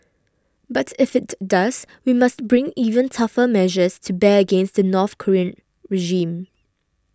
but if it does we must bring even tougher measures to bear against the North Korean regime